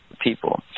people